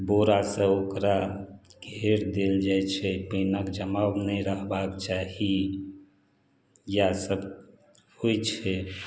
बोरासँ ओकरा घेर देल जाइ छै पानिक जमाव नहि रहबाक चाही इएह सब होइ छै